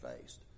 faced